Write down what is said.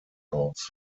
aus